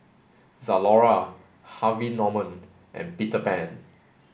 Zalora Harvey Norman and Peter Pan